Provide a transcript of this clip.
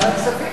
בבקשה.